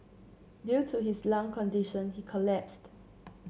due to his lung condition he collapsed